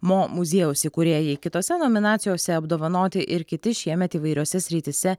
mo muziejaus įkūrėjai kitose nominacijose apdovanoti ir kiti šiemet įvairiose srityse